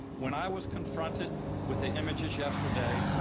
when i was confronted with the images yesterday,